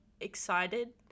excited